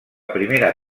primera